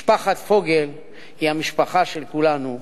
משפחת פוגל היא המשפחה של כולנו.